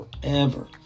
forever